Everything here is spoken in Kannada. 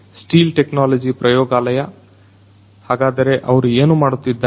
ಸ್ಟೀಲ್ ಟೆಕ್ನೋಲಜಿ ಪ್ರಯೋಗಾಲಯ ಹಾಗಾದರೆ ಅವರು ಏನು ಮಾಡುತ್ತಿದ್ದಾರೆ